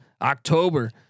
October